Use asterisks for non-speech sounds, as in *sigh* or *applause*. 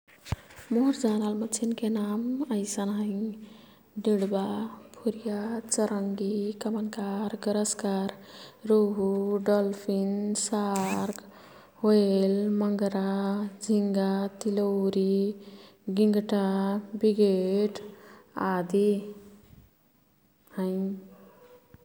मोर् जानल मच्छिन्के नाम ऐसन हैं। डीडबा, भुर्या, चरंगी, कमनकार, गरस्कार, रोहु, डल्फिन, सार्क, *noise* व्हेल, मंगारा, झिंगा, तिलोरी, गिंगटा, बिगेट, आदि हैं।